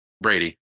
Brady